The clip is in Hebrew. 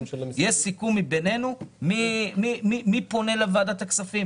יש סיכום בינינו מי פונה לוועדת הכספים.